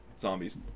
zombies